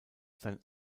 sein